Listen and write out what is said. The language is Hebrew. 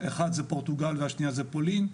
פורטוגל ופולין.